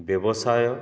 ବ୍ୟବସାୟ